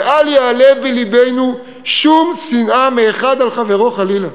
ואל יעלה בלבנו שום שנאה מאחד על חברו חלילה.